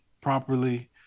properly